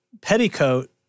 petticoat